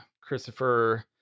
Christopher